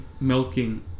milking